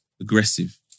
aggressive